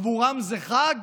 עבורם זה חג?